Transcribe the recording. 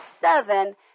seven